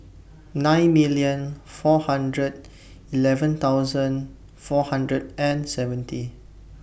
nine million four hundred eleven thousand four hundred and seventy